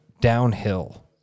Downhill